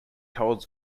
holds